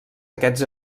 aquests